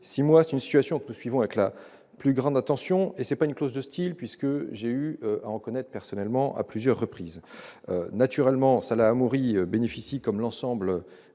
six mois. Nous suivons cette situation avec la plus grande attention. Ce n'est pas une clause de style : j'ai eu à en connaître personnellement à plusieurs reprises. Naturellement, Salah Hamouri bénéficie, comme l'ensemble